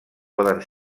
poden